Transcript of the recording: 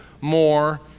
more